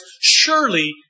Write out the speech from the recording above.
surely